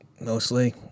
mostly